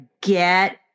get